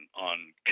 on